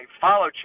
follow